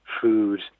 food